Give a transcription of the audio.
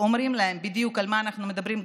אומרים להם בדיוק על מה אנחנו מדברים,